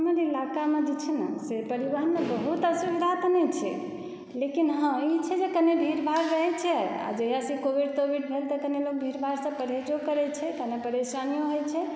हमर इलाक़ामे जे छै ने से परिवहनक बहुत असुविधा तऽ नहि छै लेकिन हँ ई छै जे कने भीड़ भाड़ रहै छै आ जहियासॅं कोविड तोविड भेल तऽ कनि लोक भीड़ भाड़सॅं परहेजो करै छै कनि परेशानियो होइ छै